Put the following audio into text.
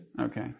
Okay